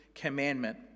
commandment